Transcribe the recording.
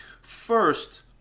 First